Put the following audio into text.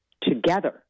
together